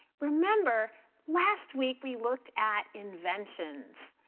remember last week we looked at inventions.